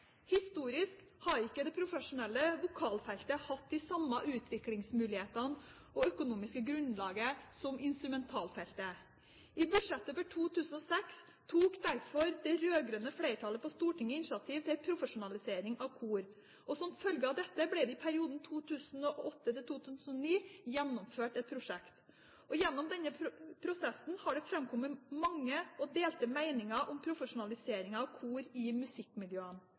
Historisk har ikke det profesjonelle vokalfeltet hatt de samme utviklingsmulighetene og det økonomiske grunnlaget som instrumentalfeltet. I budsjettet for 2006 tok derfor det rød-grønne flertallet på Stortinget initiativ til en profesjonalisering av kor. Som følge av dette ble det i perioden 2008–2009 gjennomført et prosjekt. Gjennom denne prosessen har det framkommet mange og delte meninger om profesjonalisering av kor i musikkmiljøene.